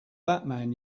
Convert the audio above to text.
batman